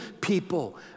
people